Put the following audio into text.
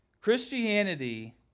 Christianity